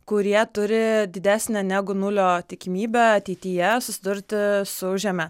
kurie turi didesnę negu nulio tikimybę ateityje susidurti su žeme